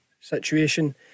situation